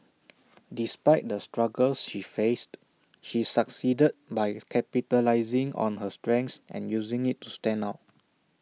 despite the struggles she faced she succeeded by capitalising on her strengths and using IT to stand out